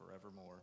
forevermore